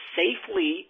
safely